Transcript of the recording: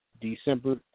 December